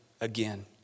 again